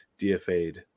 DFA'd